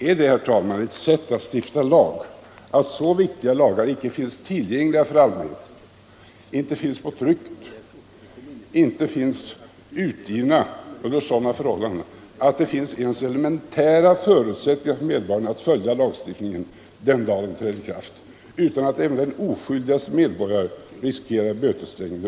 Är det, herr talman, ett sätt att stifta lag att så viktiga lagar inte finns tillgängliga för allmänheten, inte finns i tryck och inte är utgivna under sådana förhållanden att det finns ens elementära förutsättningar för medborgarna att följa lagstiftningen den dag den träder i kraft? Även den oskyldigaste medborgare riskerar böter.